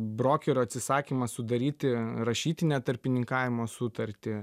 brokerio atsisakymas sudaryti rašytinę tarpininkavimo sutartį